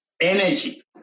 Energy